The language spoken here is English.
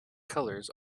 colours